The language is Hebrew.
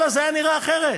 זה היה נראה אחרת.